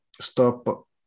stop